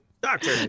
Doctor